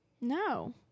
No